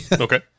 Okay